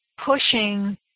pushing